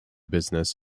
business